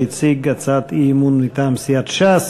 שהציג הצעת אי-אמון מטעם סיעת ש"ס.